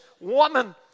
woman